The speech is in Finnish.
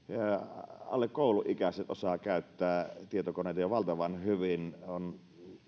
alle kouluikäiset osaavat käyttää tietokoneita jo valtavan hyvin on